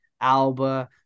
Alba